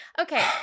Okay